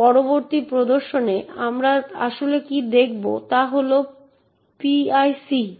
পরবর্তী লেকচারে আমরা দেখব কিভাবে এই অ্যাক্সেস